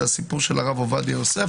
זה הסיפור של הרב עובדיה יוסף,